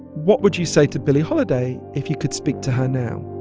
what would you say to billie holiday if you could speak to her now?